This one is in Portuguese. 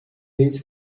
reis